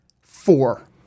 Four